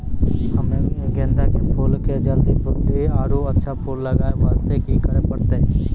हम्मे गेंदा के फूल के जल्दी बृद्धि आरु अच्छा फूल लगय वास्ते की करे परतै?